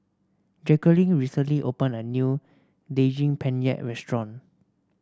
Jacquelin recently opened a new Daging Penyet Restaurant